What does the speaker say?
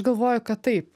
galvoju kad taip